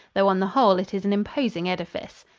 though on the whole it is an imposing edifice.